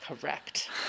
Correct